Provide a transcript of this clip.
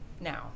now